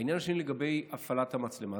העניין השני, לגבי הפעלת המצלמה.